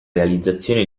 realizzazione